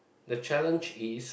the challenge is